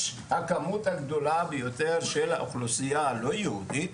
את הכמות הגדולה של האוכלוסייה הלא יהודית,